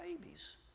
babies